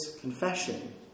confession